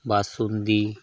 basundi